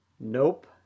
Nope